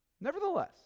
Nevertheless